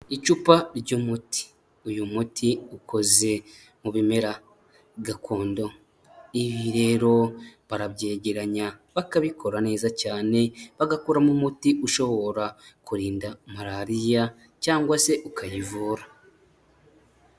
Icupa ry'umuti, uyu muti ukoze mu bimera gakondo; ibi rero barabyegeranya bakabikora neza cyane, bagakuramo umuti ushobora kurinda malariya cyangwa se ukayivura.